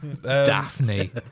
Daphne